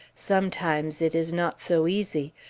sometimes it is not so easy.